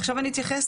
עכשיו אני אתייחס,